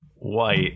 White